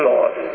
Lord